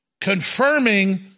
confirming